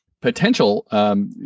potential